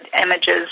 images